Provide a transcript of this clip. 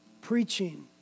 preaching